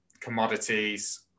commodities